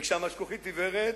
וכשהמשכוכית עיוורת,